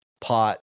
pot